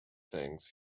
things